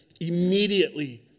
immediately